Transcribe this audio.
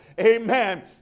amen